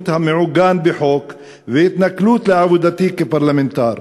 המעוגן בחוק ובהתנכלות לעבודתי כפרלמנטר.